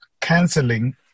canceling